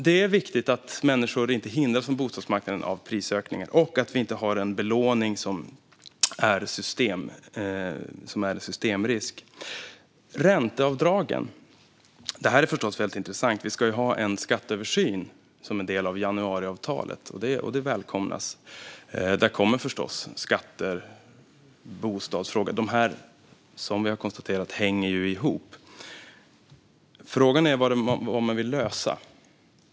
Det är viktigt att människor inte hålls borta från bostadsmarknaden av prisökningar och att vi inte har en belåning som är en systemrisk. Det här med ränteavdragen är väldigt intressant. Vi ska ju ha en skatteöversyn som en del av januariavtalet, vilket välkomnas, och där kommer förstås bostadsfrågan upp. Som vi har konstaterat hänger detta ihop. Frågan är vad man vill lösa.